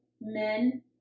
men